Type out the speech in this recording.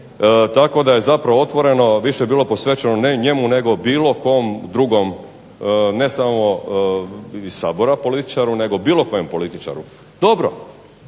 tako da je zapravo Otvoreno više bilo posvećeno ne njemu nego bilo kom drugom ne samo iz sabora političaru, nego bilo kojem političaru. Dobro.